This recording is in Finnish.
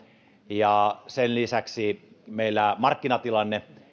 ja sen lisäksi meillä markkinatilanne